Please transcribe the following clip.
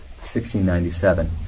1697